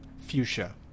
Fuchsia